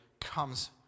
comes